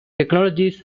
technologies